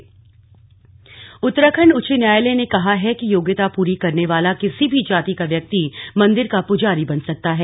उच्च न्यायालय उत्तराखंड उच्च न्यायालय ने कहा है कि योग्यता पूरी करने वाला किसी भी जाति का व्यक्ति मंदिर का पुजारी बन सकता है